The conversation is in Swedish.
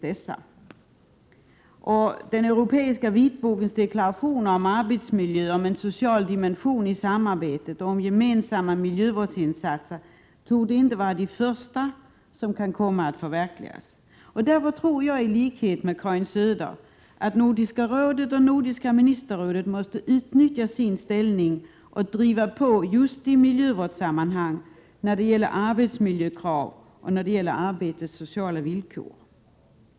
Den europeiska vitbokens deklarationer om arbetsmiljö, om en social dimension i samarbetet och om gemensamma miljövårdsinsatser torde inte vara de första som kan komma att förverkligas. Därför tror jag i likhet med Karin Söder att Nordiska rådet och Nordiska ministerrådet måste utnyttja sin ställning och driva på just i miljövårdssammanhang, t.ex. när det gäller arbetsmiljökrav och arbetets sociala villkor.